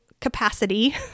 capacity